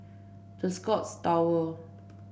The Scotts Tower